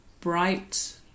bright